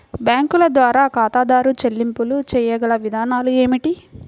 బ్యాంకుల ద్వారా ఖాతాదారు చెల్లింపులు చేయగల విధానాలు ఏమిటి?